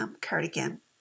cardigan